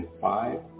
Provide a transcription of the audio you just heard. five